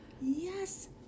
Yes